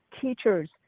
teachers